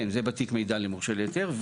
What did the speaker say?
כן, זה בתיק המידע למורשה להיתר.